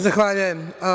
Zahvaljujem.